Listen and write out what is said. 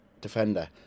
defender